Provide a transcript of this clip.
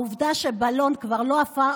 העובדה שבלון כבר לא עף,